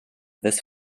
this